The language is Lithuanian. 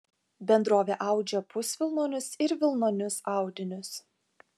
bendrovė audžia pusvilnonius ir vilnonius audinius